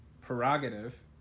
prerogative